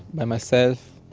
by myself,